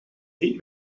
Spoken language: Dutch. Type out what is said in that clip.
niet